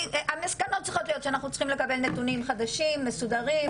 המסקנות צריכות להיות שאנחנו צריכים לקבל נתונים חדשים מסודרים.